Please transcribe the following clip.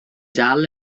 dal